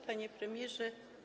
Panie Premierze!